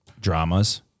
dramas